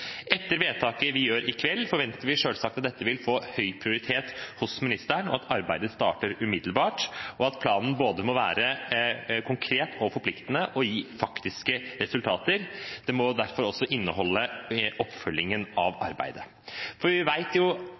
Etter vedtaket vi gjør i kveld, forventer vi selvsagt at dette vil få høy prioritet hos ministeren, at arbeidet starter umiddelbart, og at planen både må være konkret og forpliktende og gi faktiske resultater. Den må derfor også inneholde en oppfølging av arbeidet. For vi vet jo